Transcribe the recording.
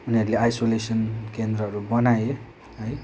उनीहरूले आइसोलेसन केन्द्रहरू बनाए है